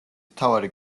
მთავარი